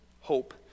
hope